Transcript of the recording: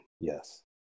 yes